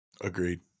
Agreed